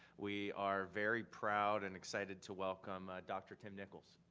we are very proud and excited to welcome dr. tim nichols.